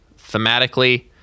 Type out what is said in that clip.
thematically